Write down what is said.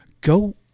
go